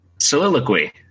Soliloquy